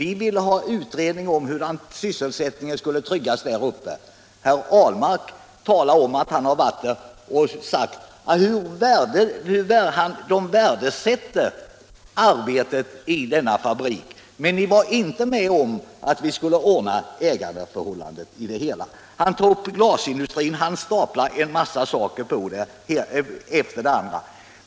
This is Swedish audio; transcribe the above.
Vi vill ha utredning om hur sysselsättningen skulle tryggas där uppe. Herr Ahlmark talar om att han har varit där och förklarat hur mycket han värdesätter politiken Arbetsmarknadspolitiken arbetet i fabriken, men han vill inte vara med om att ordna ägarförhållandena. Herr Ahlmark tar också upp glasindustrin, och han staplar en massa uppgifter på varandra.